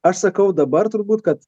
aš sakau dabar turbūt kad